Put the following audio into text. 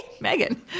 Megan